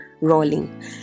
rolling